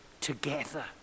together